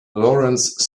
lawrence